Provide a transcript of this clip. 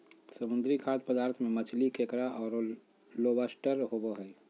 समुद्री खाद्य पदार्थ में मछली, केकड़ा औरो लोबस्टर होबो हइ